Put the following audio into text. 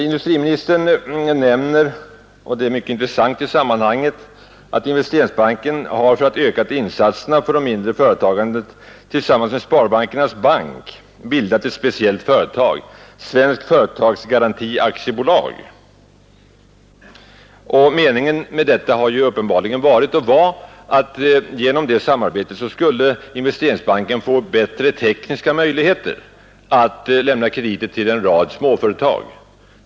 Industriministern nämner — och det är mycket intressant i detta sammanhang — att Investeringsbanken har för att öka insatserna för det mindre företagandet tillsammans med Sparbankernas bank bildat ett speciellt företag, Svensk företagsgaranti AB. Meningen har uppenbarligen varit att Investeringsbanken genom detta samarbete skulle få bättre tekniska möjligheter att lämna krediter till småföretagen.